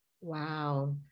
Wow